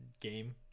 game